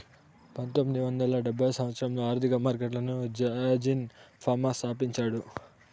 పంతొమ్మిది వందల డెబ్భై సంవచ్చరంలో ఆర్థిక మార్కెట్లను యాజీన్ ఫామా స్థాపించాడు